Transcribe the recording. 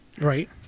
Right